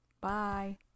Bye